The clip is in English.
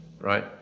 Right